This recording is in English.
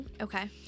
Okay